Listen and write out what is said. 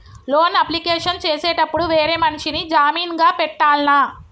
Loan application చేసేటప్పుడు వేరే మనిషిని జామీన్ గా పెట్టాల్నా?